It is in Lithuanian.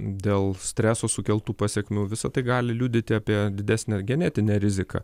dėl streso sukeltų pasekmių visa tai gali liudyti apie didesnę genetinę riziką